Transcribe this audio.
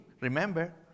Remember